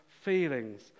feelings